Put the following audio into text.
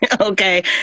Okay